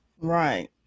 Right